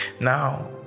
now